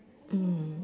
mm